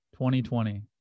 2020